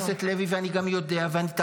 אני יודע, חבר הכנסת לוי.